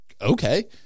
okay